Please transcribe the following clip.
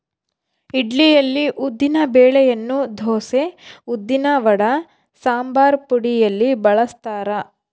ಇಡ್ಲಿಯಲ್ಲಿ ಉದ್ದಿನ ಬೆಳೆಯನ್ನು ದೋಸೆ, ಉದ್ದಿನವಡ, ಸಂಬಾರಪುಡಿಯಲ್ಲಿ ಬಳಸ್ತಾರ